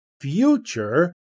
future